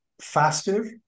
faster